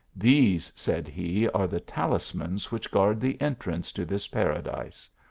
these, said he, are the talismans which guard the entrance to this paradise.